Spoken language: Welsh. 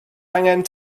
angen